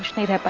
um never but